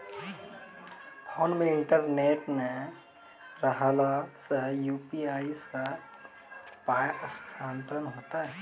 Phone मे internet नै रहला सॅ, यु.पी.आई सॅ पाय स्थानांतरण हेतै?